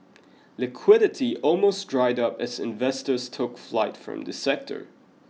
liquidity almost dried up as investors took flight from the sector